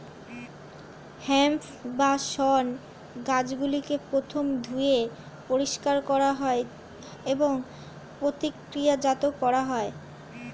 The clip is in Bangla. হেম্প বা শণ গাছগুলিকে প্রথমে ধুয়ে পরিষ্কার করা হয় এবং প্রক্রিয়াজাত করা হয়